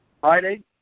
Friday